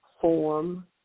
form